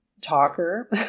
talker